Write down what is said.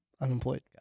unemployed